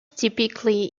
typically